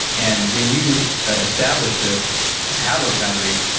and when you establish this, and have those boundaries,